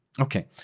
Okay